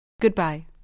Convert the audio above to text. Goodbye